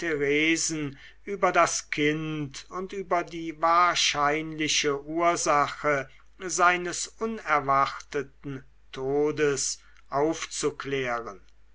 theresen über das kind und über die wahrscheinliche ursache seines unerwarteten todes aufzuklären